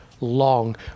long